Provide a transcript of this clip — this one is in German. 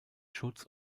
schutz